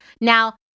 now